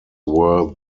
were